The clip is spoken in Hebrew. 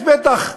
יש בטח,